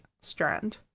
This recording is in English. Strand